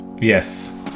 Yes